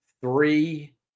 three